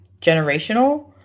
generational